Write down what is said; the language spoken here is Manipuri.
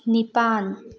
ꯅꯤꯄꯥꯟ